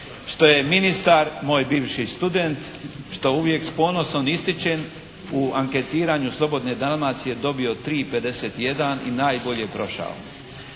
što je ministar moj bivši student, što uvijek s ponosom ističem u anketiranju "Slobodne Dalmacije" dobio 3,51 i najbolje prošao.